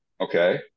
Okay